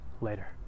later